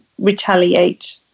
retaliate